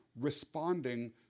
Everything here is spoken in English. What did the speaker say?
responding